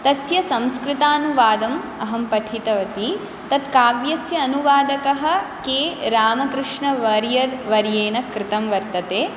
तस्य संस्कृतानुवादम् अहं पठितवती तत् काव्यस्य अनुवादकः के रामकृष्णवर्य वर्येण कृतं वर्तते